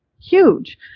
Huge